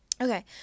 Okay